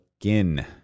Again